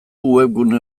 webgune